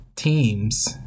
Teams